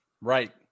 Right